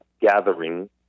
gathering